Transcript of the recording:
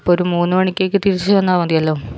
അപ്പോൾ ഒരു മൂന്ന് മണിക്കൊക്കെ തിരിച്ച് ചെന്നാൽ മതിയല്ലോ